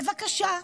בבקשה,